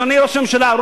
אדוני ראש הממשלה,